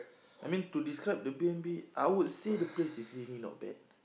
I mean to describe the Air-B_N_B I would say the place is really not bad